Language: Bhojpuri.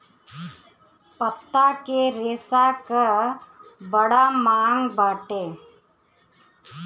पत्ता के रेशा कअ बड़ा मांग बाटे